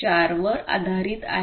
4 वर आधारित आहे